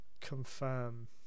confirm